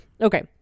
Okay